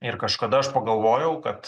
ir kažkada aš pagalvojau kad